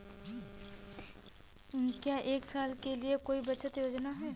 क्या एक साल के लिए कोई बचत योजना है?